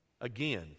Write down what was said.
again